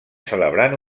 celebrant